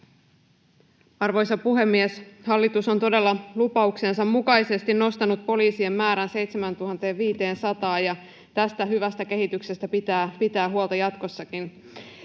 Arvoisa puhemies! Hallitus on todella lupauksensa mukaisesti nostanut poliisien määrän 7 500:aan, ja tästä hyvästä kehityksestä pitää pitää huolta jatkossakin.